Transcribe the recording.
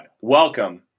Welcome